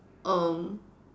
um